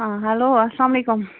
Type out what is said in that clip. ہاں ہیٚلو اسلام علیکُم